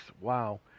Wow